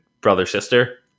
brother-sister